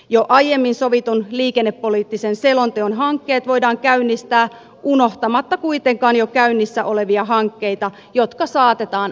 jo aiemmin sovitun liikennepoliittisen selonteon hankkeet voidaan käynnistää unohtamatta kuitenkaan jo käynnissä olevia hankkeita jotka saatetaan asianmukaisesti loppuun